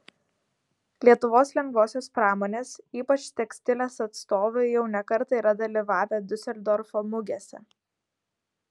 lietuvos lengvosios pramonės ypač tekstilės atstovai jau ne kartą yra dalyvavę diuseldorfo mugėse